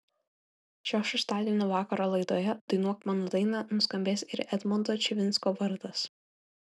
šio šeštadienio vakaro laidoje dainuok mano dainą nuskambės ir edmondo čivinsko vardas